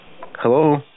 hello